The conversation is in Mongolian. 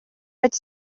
гэж